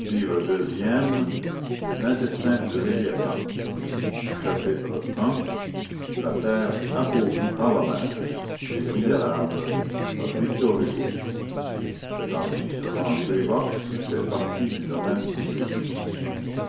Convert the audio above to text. deuxième lintestin de léviathan chapitre i la terre appauvrie par la mer